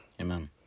Amen